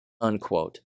unquote